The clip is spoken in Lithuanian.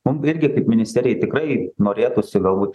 mum irgi kaip ministerijai tikrai norėtųsi galbūt